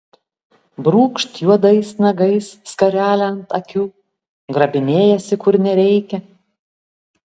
brūkšt juodais nagais skarelę ant akių grabinėjasi kur nereikia